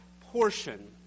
portion